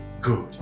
good